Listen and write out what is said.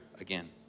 again